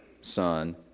son